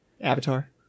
Avatar